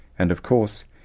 and of course,